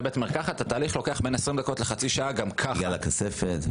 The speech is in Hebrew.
בגלל הכספת.